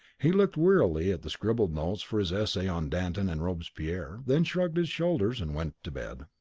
he looked wearily at the scribbled notes for his essay on danton and robespierre then shrugged his shoulders and went to bed.